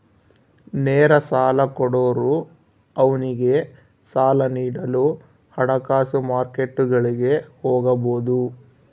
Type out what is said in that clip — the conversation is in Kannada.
ನೇರ ಸಾಲ ಕೊಡೋರು ಅವ್ನಿಗೆ ಸಾಲ ನೀಡಲು ಹಣಕಾಸು ಮಾರ್ಕೆಟ್ಗುಳಿಗೆ ಹೋಗಬೊದು